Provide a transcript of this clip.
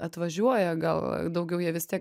atvažiuoja gal daugiau jie vis tiek